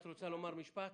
שלום,